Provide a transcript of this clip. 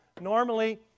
Normally